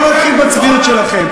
בואו נתחיל בצביעות שלכם,